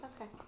Okay